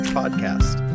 podcast